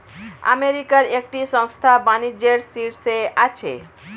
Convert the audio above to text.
আমেরিকার একটি সংস্থা বাণিজ্যের শীর্ষে আছে